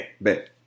Bet